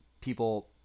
people